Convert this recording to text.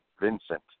Vincent